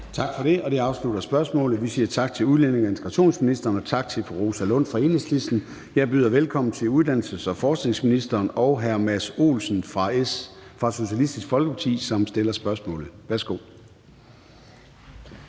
Tak for det, og det afslutter spørgsmålet. Vi siger tak til udlændinge- og integrationsministeren, og tak til fru Rosa Lund fra Enhedslisten. Jeg byder velkommen til uddannelses- og forskningsministeren og hr. Mads Olsen fra Socialistisk Folkeparti, som stiller spørgsmålet. Kl.